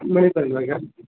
ମିଳିପାରିବ ଆଜ୍ଞା